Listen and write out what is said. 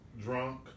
drunk